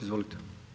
Izvolite.